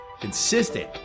consistent